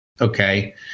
okay